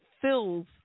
fills